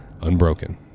unbroken